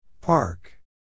Park